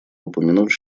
упомянуть